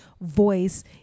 voice